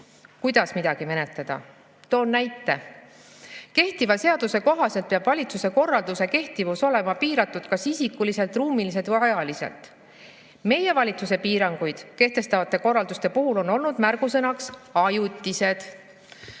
kuidas midagi menetleda. Toon näite. Kehtiva seaduse kohaselt peab valitsuse korralduse kehtivus olema piiratud kas isikuliselt, ruumiliselt või ajaliselt. Meie valitsuse piiranguid kehtestavate korralduste puhul on olnud märgusõnaks "ajutised".